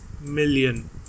million